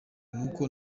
nuko